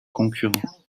concurrents